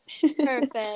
Perfect